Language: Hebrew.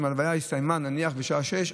אם ההלוויה הסתיימה בשעה 18:00,